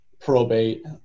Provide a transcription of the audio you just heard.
probate